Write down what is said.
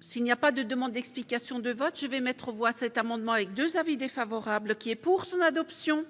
S'il n'y a pas de demande d'explication de vote, je vais mettre aux voix cet amendement avec 2 avis défavorables qui est pour son adoption.